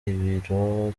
ibiro